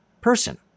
person